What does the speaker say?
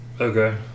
Okay